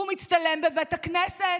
הוא מצטלם בבית הכנסת,